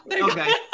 okay